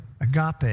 Agape